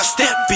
Step